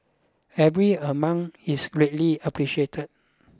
every amount is greatly appreciated